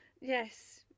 Yes